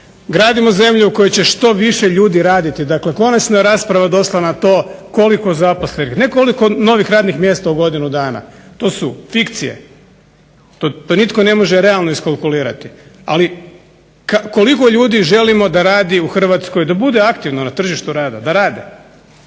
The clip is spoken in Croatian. Gradimo zemlju u kojoj će što više ljudi raditi, dakle konačno je rasprava došla na to koliko zaposlenih, ne koliko novih radnih mjesta u godinu dana. To su fikcije, pa nitko ne može realno iskalkulirati ali koliko ljudi želimo da radi u Hrvatskoj da bude aktivno na tržištu rada, da rade,